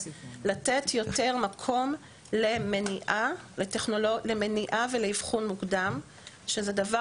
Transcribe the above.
לתת יותר מקום למניעה ולאבחון מוקדם שזה דבר